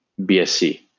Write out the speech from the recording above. bsc